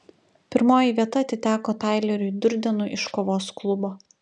pirmoji vieta atiteko taileriui durdenui iš kovos klubo